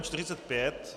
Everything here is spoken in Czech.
45.